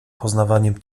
poznawaniem